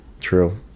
true